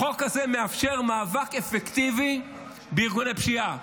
החוק הזה מאפשר מאבק אפקטיבי בארגוני פשיעה.